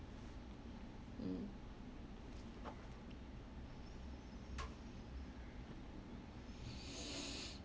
mm